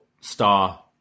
star